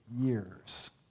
years